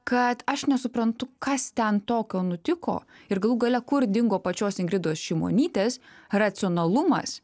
kad aš nesuprantu kas ten tokio nutiko ir galų gale kur dingo pačios ingridos šimonytės racionalumas